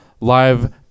live